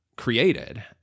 Created